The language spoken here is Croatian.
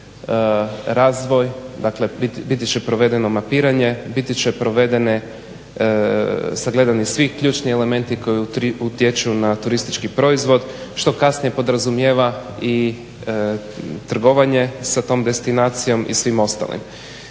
razvoj. Dakle, biti će provedeno mapiranje, biti će provedene sagledani svi ključni elementi koji utječu na turistički proizvod što kasnije podrazumijeva i trgovanje sa tom destinacijom i svim ostalim.